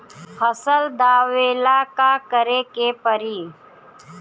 फसल दावेला का करे के परी?